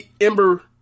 Ember